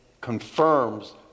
confirms